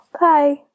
Bye